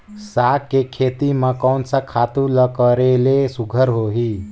साग के खेती म कोन स खातु ल करेले सुघ्घर होही?